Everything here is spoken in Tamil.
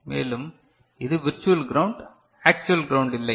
மேலும் இது விர்ச்சுவல் கிரவுண்ட் ஆக்சுவல் கிரவுண்ட் இல்லை